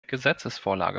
gesetzesvorlage